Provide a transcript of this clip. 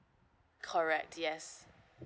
correct yes